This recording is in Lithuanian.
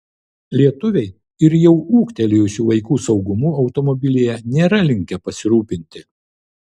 lietuviai ir jau ūgtelėjusių vaikų saugumu automobilyje nėra linkę pasirūpinti